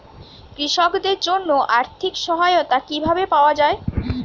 কৃষকদের জন্য আর্থিক সহায়তা কিভাবে পাওয়া য়ায়?